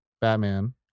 Batman